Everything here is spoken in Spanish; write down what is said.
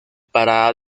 parada